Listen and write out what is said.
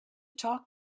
talk